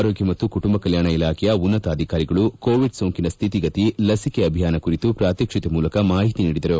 ಆರೋಗ್ಯ ಮತ್ತು ಕುಟುಂಬ ಕಲ್ಕಾಣ ಇಲಾಖೆಯ ಉನ್ನತಾಧಿಕಾರಿಗಳು ಕೋವಿಡ್ ಸೋಂಕಿನ ಶ್ಶಿತಿಗತಿ ಲಸಿಕೆ ಅಭಿಯಾನ ಕುರಿತು ಪ್ರಾತ್ಸಕ್ಷಿಕೆ ಮೂಲಕ ಮಾಹಿತಿ ನೀಡಿದರು